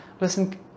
listen